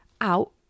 out